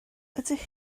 ydych